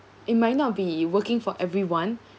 it might not be working for everyone